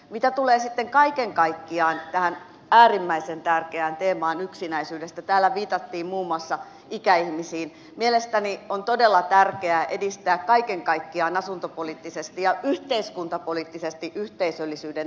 mitä tulee sitten kaiken kaikkiaan tähän äärimmäisen tärkeään teemaan yksinäisyydestä täällä viitattiin muun muassa ikäihmisiin mielestäni on todella tärkeää edistää kaiken kaikkiaan asuntopoliittisesti ja yhteiskuntapoliittisesti yhteisöllisyyttä